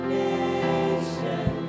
nation